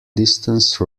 distance